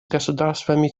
государствами